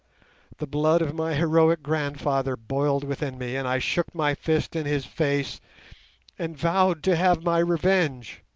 the blood of my heroic grandfather boiled within me, and i shook my fist in his face and vowed to have my revenge.